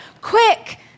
quick